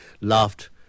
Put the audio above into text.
laughed